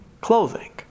clothing